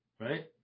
Right